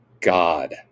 God